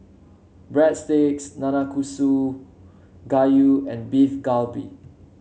Breadsticks Nanakusa Gayu and Beef Galbi